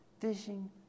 fishing